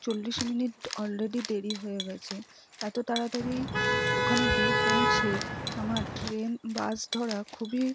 চল্লিশ minute already দেরি হয়ে গেছে এতো তাড়াতাড়ি ওখানে গিয়ে পৌঁছে আমার ট্রেন বাস ধরা খুবই